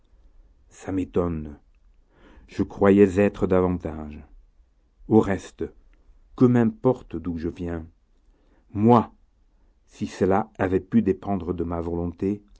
ça m'étonne je croyais être davantage au reste que m'importe d'où je viens moi si cela avait pu dépendre de ma volonté